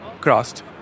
crossed